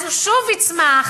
אז הוא שוב יצמח